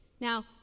Now